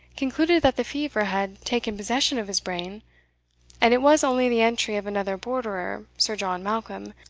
concluded that the fever had taken possession of his brain and it was only the entry of another borderer, sir john malcolm,